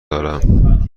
دارم